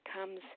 comes